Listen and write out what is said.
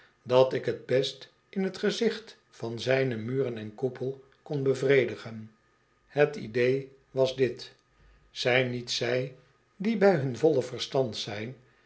dat ik t best in t gezicht van zijne muren en koepel kon bevredigen het idee was dit zijn niet zij die bij hun volle verstand zijn